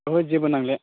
ओहो जेबो नांले